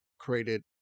created